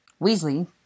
Weasley